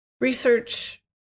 research